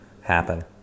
happen